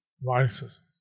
Vices